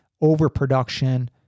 overproduction